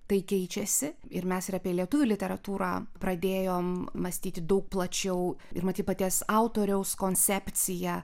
tai keičiasi ir mes ir apie lietuvių literatūrą pradėjom mąstyti daug plačiau ir matyt paties autoriaus koncepciją